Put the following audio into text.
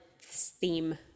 theme